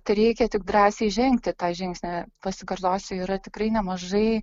tereikia tik drąsiai žengti tą žingsnį pasikartosiu yra tikrai nemažai